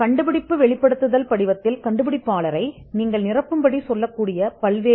கண்டுபிடிப்பு வெளிப்படுத்தல் படிவத்தில் பல்வேறு நெடுவரிசைகள் இருக்கும் அவை கண்டுபிடிப்பாளரை நிரப்பும்படி கேட்கும்